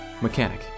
mechanic